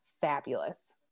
fabulous